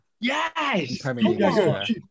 Yes